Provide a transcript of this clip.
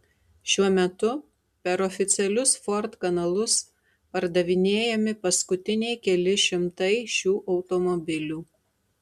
šiuo metu per oficialius ford kanalus pardavinėjami paskutiniai keli šimtai šių automobilių